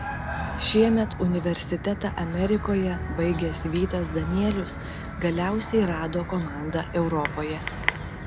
šiemet universitetą amerikoje baigęs vytas danelius galiausiai rado komandą europoje